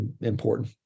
important